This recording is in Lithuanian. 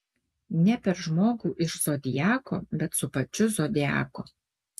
ne per žmogų iš zodiako bet su pačiu zodiaku